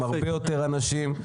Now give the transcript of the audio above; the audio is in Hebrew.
עם הרבה יותר אנשים.